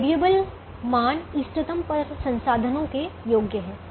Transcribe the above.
variable मान इष्टतम पर संसाधनों के योग्य हैं